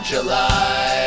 July